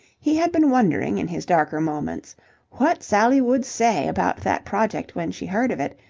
he had been wondering in his darker moments what sally would say about that project when she heard of it,